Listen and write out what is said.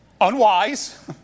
unwise